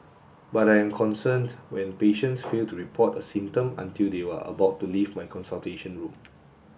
but I am concerned when patients fail to report a symptom until they were about to leave my consultation room